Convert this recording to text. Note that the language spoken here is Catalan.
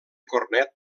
cornet